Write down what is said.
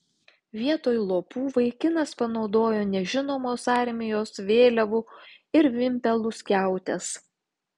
vietoj lopų vaikinas panaudojo nežinomos armijos vėliavų ir vimpelų skiautes